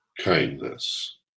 kindness